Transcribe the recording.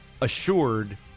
assured